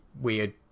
weird